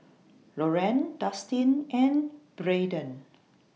Loran Dustin and Braiden